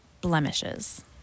blemishes